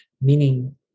Meaning